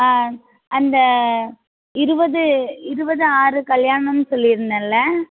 ஆ அந்த இருபது இருபது ஆறு கல்யாணம் சொல்லிருந்தேன்ல